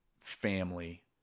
family